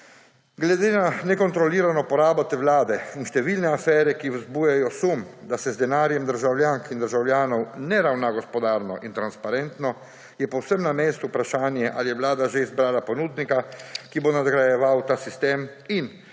Glede na nekontrolirano porabo te vlade in številne afere, ki vzbujajo sum, da se z denarjem državljank in državljanov ne ravna gospodarno in transparentno, je povsem na mestu vprašanje, ali je vlada že izbrala ponudnika, ki bo nadgrajeval ta sistem, in ali